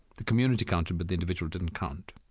the community counted, but the individual didn't count.